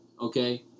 okay